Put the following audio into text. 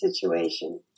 situation